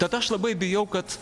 bet aš labai bijau kad